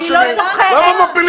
אני רוצה להשלים, אדוני, משפט